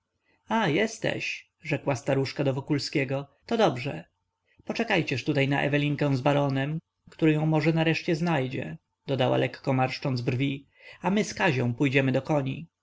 a jesteś rzekła staruszka do wokulskiego to dobrze poczekajcież tutaj na ewelinkę z baronem który ją może nareszcie znajdzie dodała lekko marszcząc brwi a my z kazią pójdziemy do koni